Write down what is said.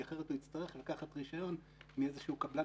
כי אחרת הוא יצטרך לקחת רישיון מאיזה קבלן